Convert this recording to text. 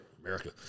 America